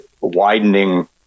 widening